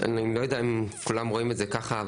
אני לא יודע אם כולם רואים את זה ככה,